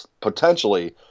potentially